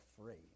afraid